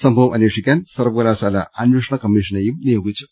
സംഭവം അന്വേഷിക്കാൻ സർവ്വകലാശാല അന്വേഷണ കമ്മീ ഷനെയും നിയോഗിച്ചു